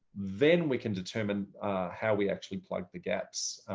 then we can determine how we actually plug the gaps.